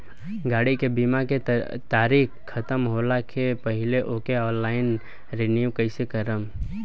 गाड़ी के बीमा के तारीक ख़तम होला के पहिले ओके ऑनलाइन रिन्यू कईसे करेम?